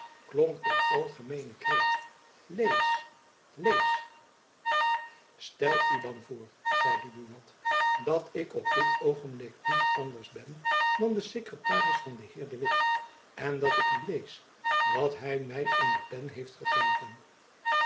klonk de algemeene kreet lees lees stelt u dan voor zeide buat dat ik op dit oogenblik niet anders ben dan de sekretaris van den heer de witt en dat ik u lees wat hy my in de pen heeft gegeven